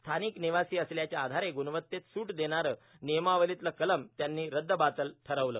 स्थानिक निवासी असल्याच्या आधारे गुणवत्तेत सूट देणारं नियमावलीतलं कलम त्यांनी रद्दबातल ठरवलं